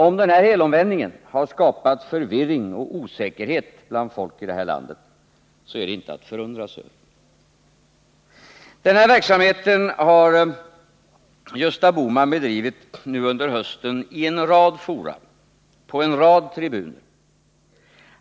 Om den här helomvändningen har skapat förvirring och osäkerhet bland folk i det här landet, så är det inte att förundras över. Den här verksamheten har Gösta Bohman bedrivit nu under hösten i en rad fora, på en rad tribuner.